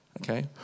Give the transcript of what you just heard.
okay